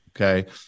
okay